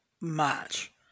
match